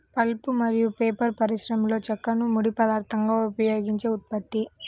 pulp మరియు paper పరిశ్రమలోచెక్కను ముడి పదార్థంగా ఉపయోగించే ఉత్పత్తి